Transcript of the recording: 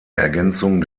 ergänzung